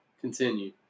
Continue